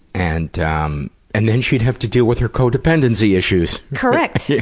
and um and then she'd have to deal with her co-dependency issues correct!